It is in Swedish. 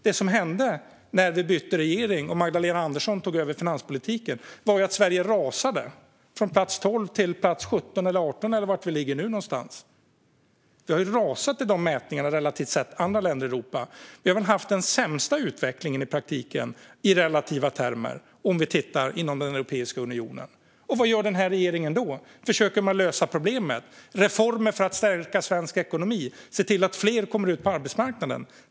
Det som hände när vi bytte regering och Magdalena Andersson tog över finanspolitiken var att Sverige rasade, från plats 12 till plats 17 eller 18 eller var vi nu ligger. Vi har rasat i de mätningarna, relativt sett andra länder i Europa. Vi har väl haft den sämsta utvecklingen i praktiken i Europeiska unionen, i relativa termer. Vad gör den här regeringen då? Försöker den lösa problemet med hjälp av reformer för att stärka svensk ekonomi eller se till att fler kommer ut på arbetsmarknaden?